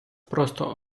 просто